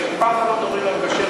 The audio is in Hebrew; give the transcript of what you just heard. וכבר דיברנו על זה בפעם הקודמת.